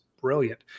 brilliant